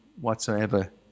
whatsoever